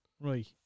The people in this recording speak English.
Right